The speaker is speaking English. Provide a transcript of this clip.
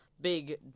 big